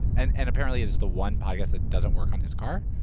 and and apparently it's the one podcast that doesn't work on his car?